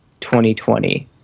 2020